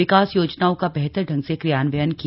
विकास योजनाओं का बेहतर ढंग से क्रियान्वयन किया